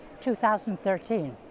2013